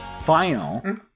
final